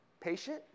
patient